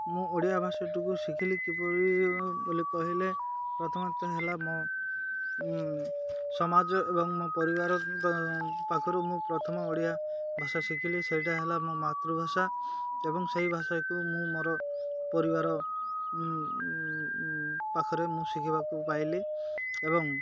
ମୁଁ ଓଡ଼ିଆ ଭାଷାଟିକୁ ଶିଖିଲି କିପରି ବୋଲି କହିଲେ ପ୍ରଥମତଃ ହେଲା ମୋ ସମାଜ ଏବଂ ମୋ ପରିବାର ପାଖରୁ ମୁଁ ପ୍ରଥମ ଓଡ଼ିଆ ଭାଷା ଶିଖିଲି ସେଇଟା ହେଲା ମୋ ମାତୃଭାଷା ଏବଂ ସେଇ ଭାଷାକୁ ମୁଁ ମୋର ପରିବାର ପାଖରେ ମୁଁ ଶିଖିବାକୁ ପାଇଲି ଏବଂ